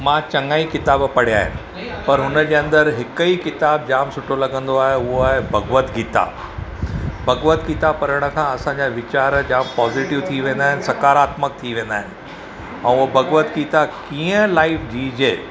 मां चङा ई किताब पढ़िया आहिनि पर हुन जे अंदरि हिकु ई किताबु जाम सुठो लॻंदो आहे उहो आहे भगवत गीता भगवत गीता पढ़नि खां असांजा वीचार जाम पोज़ीटिव थी वेंदा आहिनि साकारात्मक थी वेंदा आहिनि ऐं उहो भगवत गीता कीअं लाइफ जी जे